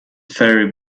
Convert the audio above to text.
ferry